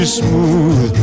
smooth